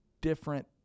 different